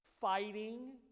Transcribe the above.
fighting